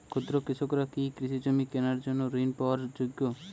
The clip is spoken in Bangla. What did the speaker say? ক্ষুদ্র কৃষকরা কি কৃষিজমি কেনার জন্য ঋণ পাওয়ার যোগ্য?